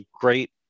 great